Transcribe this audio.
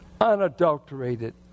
unadulterated